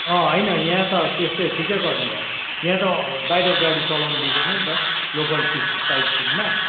अँ होइन यहाँ त त्यस्तै ठिक्कै गर्नु भयो यहाँ त बाहिरको गाडी चलाउनु दिँदैन नि त लोकल सिट साइट सिनमा